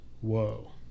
Whoa